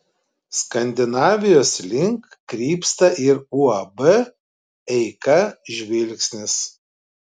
skandinavijos link krypsta ir uab eika žvilgsnis